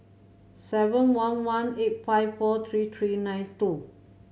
seven one one eight five four three three nine two